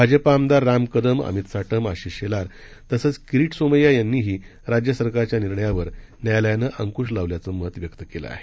भाजपा आमदार राम कदम अमित साटम आशिष शेलार तसंच किरिट सोमय्या यांनीही राज्य सरकारच्या निर्णयावर न्यायालयानं अंकुश लावल्याचं मत व्यक्त केल आहे